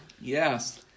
Yes